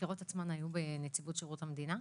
החקירות עצמן היו בנציבות שירות המדינה?